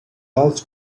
loves